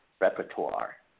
repertoire